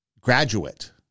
graduate